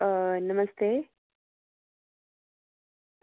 नमस्ते